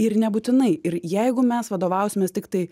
ir nebūtinai ir jeigu mes vadovausimės tik tai